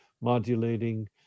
modulating